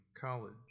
College